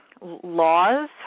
laws